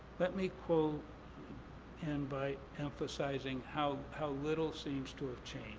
let me quote in by emphasizing how how little seems to have